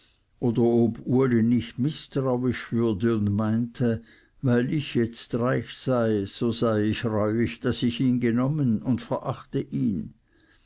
oder ob uli nicht mißtrauisch würde und meinte weil ich jetzt reich sei so sei ich reuig daß ich ihn genommen und verachte ihn